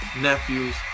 nephews